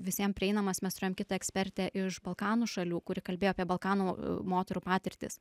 visiem prieinamas mes turėjom kitą ekspertę iš balkanų šalių kuri kalbėjo apie balkanų moterų patirtis